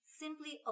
simply